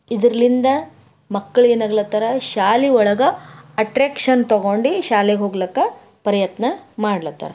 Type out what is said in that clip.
ಇದರಿಂದ ಮಕ್ಳು ಏನಾಗ್ಲತ್ತಾರ ಶಾಲೆ ಒಳಗೆ ಅಟ್ರಾಕ್ಷನ್ ತಗೊಂಡು ಶಾಲೆಗೆ ಹೋಗ್ಲಕ್ಕ ಪ್ರಯತ್ನ ಮಾಡ್ಲತ್ತಾರ